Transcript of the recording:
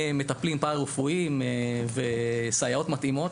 במטפלים פארא-רפואיים וסייעות מתאימות,